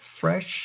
Fresh